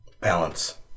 Balance